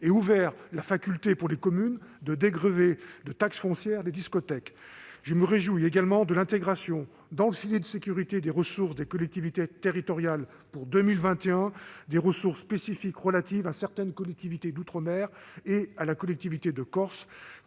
et ouvert la faculté pour les communes de dégrever de taxe foncière les discothèques. Je me réjouis aussi de l'intégration, dans le filet de sécurité des ressources des collectivités territoriales pour 2021, des ressources spécifiques relatives à certaines collectivités d'outre-mer et à la collectivité de Corse,